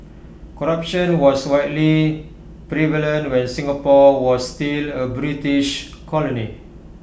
corruption was widely prevalent when Singapore was still A British colony